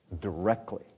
directly